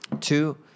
Two